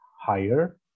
higher